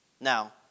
Now